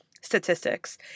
statistics